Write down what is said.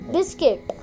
Biscuit